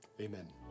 Amen